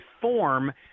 form